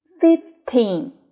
fifteen